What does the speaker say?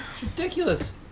Ridiculous